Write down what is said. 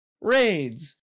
raids